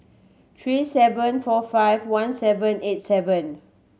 three seven four five one seven eight seven